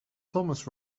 thomas